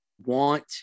want